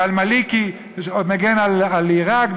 ואל-מאלכי מגן על עיראק,